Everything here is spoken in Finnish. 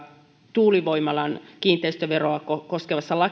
tuulivoimalan kiinteistöveroa koskevaan